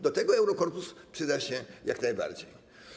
Do tego Eurokorpus przyda się jak najbardziej.